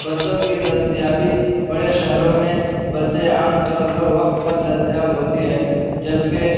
بسوں کی دستیابی بڑے شہروں میں بسیں عام طور پر وقت پر دستیاب ہوتی ہیں جبکہ